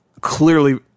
clearly